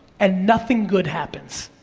and nothing good happens.